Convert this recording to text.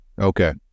Okay